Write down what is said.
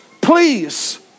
please